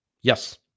Yes